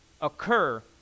occur